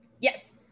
Yes